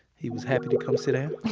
he was happy to come sit down.